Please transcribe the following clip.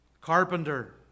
Carpenter